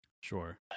Sure